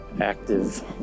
active